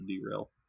derail